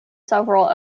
several